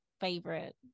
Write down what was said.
favorite